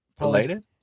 Related